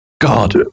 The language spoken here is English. God